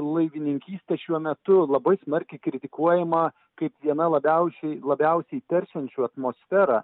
laivininkystė šiuo metu labai smarkiai kritikuojama kaip viena labiausiai labiausiai teršiančių atmosferą